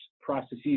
processes